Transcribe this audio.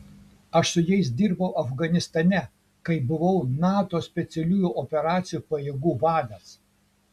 aš su jais dirbau afganistane kai buvau nato specialiųjų operacijų pajėgų vadas